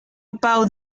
pau